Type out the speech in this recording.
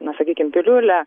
na sakykim piliulę